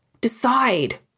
decide